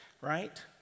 right